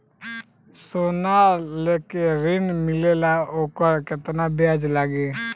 सोना लेके ऋण मिलेला वोकर केतना ब्याज लागी?